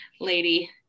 Lady